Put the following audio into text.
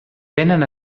vénen